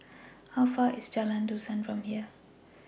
How Far away IS Jalan Dusan from here